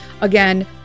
again